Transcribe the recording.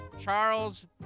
charles